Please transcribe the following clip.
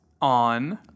On